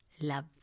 love